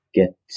get